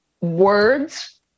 words